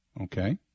Okay